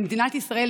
במדינת ישראל,